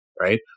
right